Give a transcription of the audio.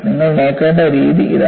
നിങ്ങൾ നോക്കേണ്ട രീതി ഇതാണ്